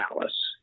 Alice